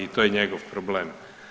To je njegov problem.